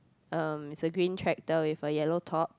um it's a green tractor with a yellow top